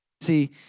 see